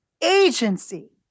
agency